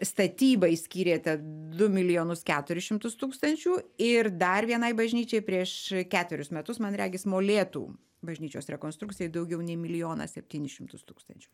statybai skyrėte du milijonus keturis šimtus tūkstančių ir dar vienai bažnyčiai prieš ketverius metus man regis molėtų bažnyčios rekonstrukcijai daugiau nei milijoną septynis šimtus tūkstančių